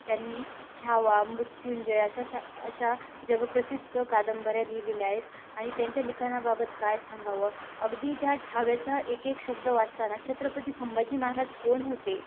त्यांनी छावा मृत्युंजय अशा सा अशा जगप्रसिद्ध कादंबऱ्या लिहिलेल्या आहेत आणि त्यांच्या लिखाणाबाबत काय सांगावं अगदी त्या छाव्याचा एक एक शब्द वाचताना छत्रपती संभाजी महाराज कोण होते